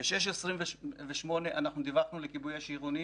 ב-06:28 אנחנו דיווחנו לכיבוי אש עירוני